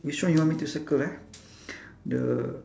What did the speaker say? which one you want me to circle eh the